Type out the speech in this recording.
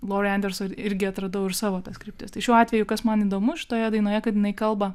lori anderson irgi atradau ir savo tas kryptis šiuo atveju kas man įdomu šitoje dainoje kad jinai kalba